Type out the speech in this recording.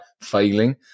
failing